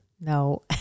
No